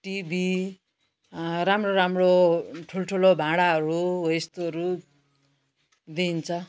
TV राम्रो राम्रो ठुल्ठुलो भाँडाहरू हो यस्तोहरू दिन्छ